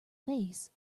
face